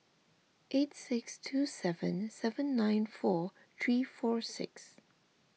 eight six two seven seven nine four three four six